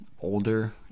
older